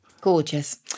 gorgeous